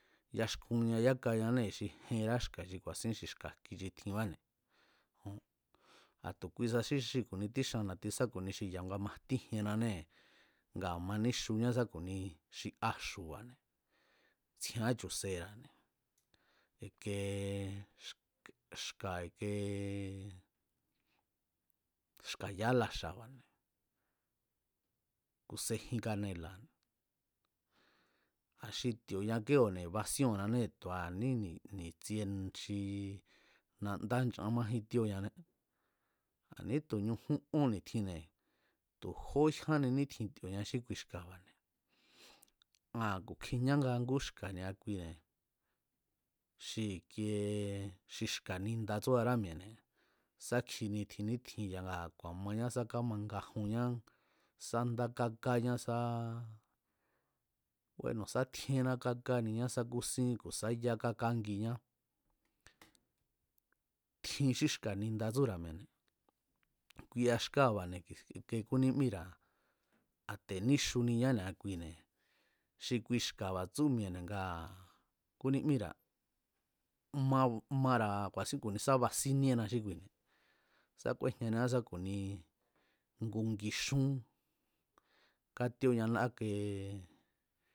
Yaxkunña yanee̱ xi jenrá xka̱ xi ku̱a̱sín xi xka̱ jki xi tjinbáne̱ jon, a̱ tu̱ kuisa xi kuni tíxaan na̱ti sa ku̱ni xi ya̱nga majtíjienanée̱ ngaa̱ ma níxuñá sá ku̱ni xi axu̱ba̱ne̱ ntsjieá chu̱ sera̱ne̱ i̱kee xka̱ i̱kee xka̱ ya álaxa̱ba̱ne̱ ku̱ sejin kanela̱ne̱ a̱ xi ti̱o̱ña kíóo̱ne̱ basíóo̱nnanée̱ tu̱a ní ni̱tsie xi nandá nchan májín tíóñané a̱ ni̱ítu̱ ñujún ón ni̱tjinne̱ tu̱ jó jyán ni nítjin ti̱o̱ñan xí kui xka̱ba̱ne̱ aa̱n ku̱ kjiñánga ngú xka̱ ni̱a kuine̱ xi i̱kiee xi xka̱ ninda tsúara mi̱e̱ne̱ sá kjini tjin nítjin ya̱a ngaa̱ ku̱a̱mañá sá kámangajunñá sá ndá kákáñá sá búéno̱ sa tjíénná kákániñá sá kúsín ku̱ sá yá kákángiñá, tjin xí xka̱ ninda tsúra̱ mi̱e̱ne̱ kuia xkáa̱ba̱ne̱ ke kúnímíra̱ a̱ te̱ níxuniñá ni̱a kuine̱ xi kui xka̱ba̱ tsú mi̱e̱ne̱ ngaa̱ kúní míra̱ mara̱ ku̱a̱sín ku̱nisá basíníena xí kuine̱ sá kúéjñaniá sa ku̱ni xi ngu ngixún kátíóña áke